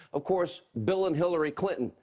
of course, bill and hillary clinton,